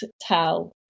tell